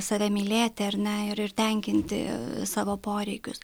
save mylėti ar ne ir tenkinti savo poreikius